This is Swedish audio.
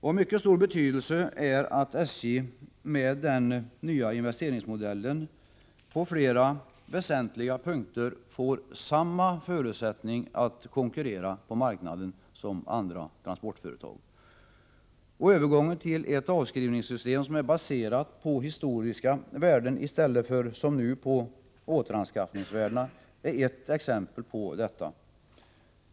Av mycket stor betydelse är att SJ med den nya investeringsmodellen på flera väsentliga punkter får samma förutsättningar att konkurrera på marknaden som andra transportföretag. Övergången till ett avskrivningssys tem, som är baserat på historiska värden i stället för som nu på återanskaffningsvärdena, är ett exempel på detta.